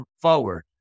forward